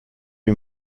lui